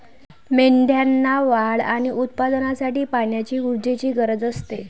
मेंढ्यांना वाढ आणि उत्पादनासाठी पाण्याची ऊर्जेची गरज असते